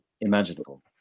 imaginable